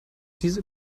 diese